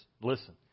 Listen